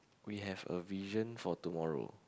we have a vision for tomorrow